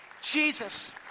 Jesus